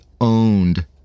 owned